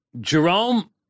Jerome